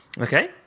Okay